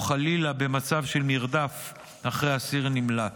וחלילה במצב של מרדף אחרי אסיר נמלט.